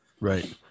Right